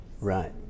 Right